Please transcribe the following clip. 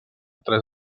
tres